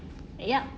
yup